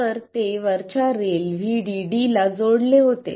तर ते वरच्या रेल VDD ला जोडलेले होते